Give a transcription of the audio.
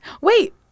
Wait